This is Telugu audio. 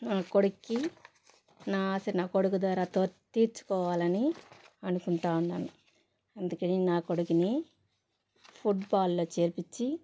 నా కొడుక్కి నా చిన్న కొడుకు ద్వారా తీర్చుకోవాలని అనుకుంటా ఉన్నాను అందుకనే నా కొడుకుని ఫుడ్బాల్లో చేర్పిచ్చి